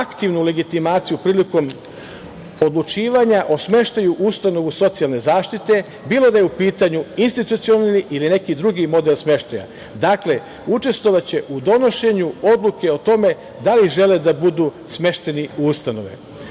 aktivnu legitimaciju prilikom odlučivanja o smeštaju u ustanovu socijalne zaštite, bilo da je u pitanju institucionalni ili neki drugi model smeštaja. Dakle, učestvovaće u donošenju odluke o tome da li žele da budu smešteni u